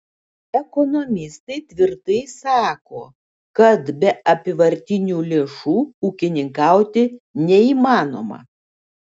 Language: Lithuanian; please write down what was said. ekonomistai tvirtai sako kad be apyvartinių lėšų ūkininkauti neįmanoma